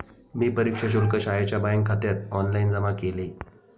मी परीक्षा शुल्क शाळेच्या बँकखात्यात ऑनलाइन जमा केले